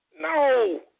No